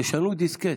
תשנו דיסקט,